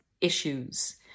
issues